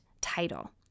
title